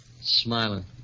smiling